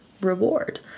reward